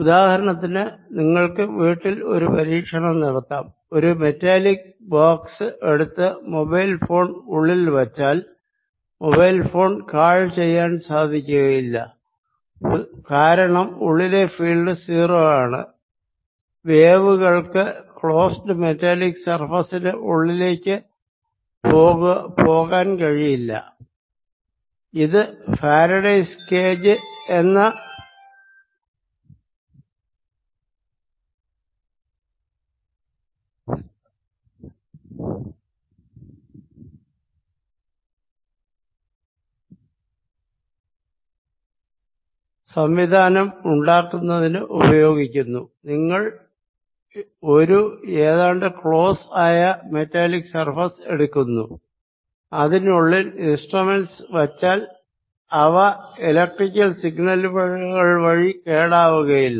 ഉദാഹരണത്തിന് നിങ്ങൾക്ക് വീട്ടിൽ ഒരു പരീക്ഷണം നടത്താം ഒരു മെറ്റാലിക് ബോക്സ് എടുത്ത് മൊബൈൽ ഫോൺ ഉള്ളിൽ വച്ചാൽ മൊബൈൽ ഫോൺ കോൾ ചെയ്യാൻ സാധിക്കുകയില്ല കാരണം ഉള്ളിലെ ഫീൽഡ് 0 ആണ് വാവുകൾക്ക് ക്ലോസ്ഡ് മെറ്റാലിക് സർഫേസിന് ഉള്ളിലേക്ക് പോകാൻ കഴിയില്ല ഇത് ഫാരഡേയ്സ് കേജ് എന്ന സംവിധാനം ഉണ്ടാക്കുന്നതിന് ഉപയോഗിക്കുന്നു നിങ്ങൾ ഒരു ഏതാണ്ട് ക്ലോസ് ആയ മെറ്റാലിക് സർഫേസ് എടുക്കുന്നു അതിനുള്ളിൽ ഇൻസ്ട്രുമെന്റസ് വച്ചാൽ അവ എലെക്ട്രിക്കൽ സിഗ്നലുകൾ വഴി കേടാവുകയില്ല